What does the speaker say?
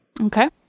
Okay